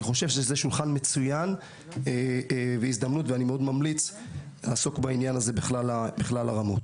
זה שולחן מצוין והזדמנות ואני ממליץ מאוד לעסוק בעניין הזה בכלל הרמות.